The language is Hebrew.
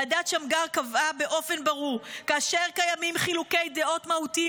ועדת שמגר קבעה באופן ברור: כאשר קיימים חילוקי דעות מהותיים